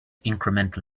incremental